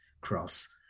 cross